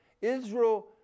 Israel